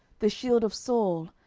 the shield of saul,